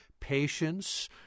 patience